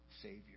Savior